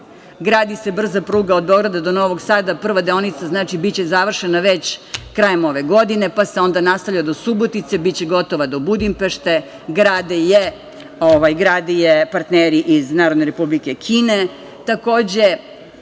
Gradi se brza pruga od Beograda do Novog Sada, prva deonica biće završena već krajem ove godine, pa se onda nastavlja do Subotice, biće gotova do Budimpešte. Gradi je partneri iz Narodne Republike Kine.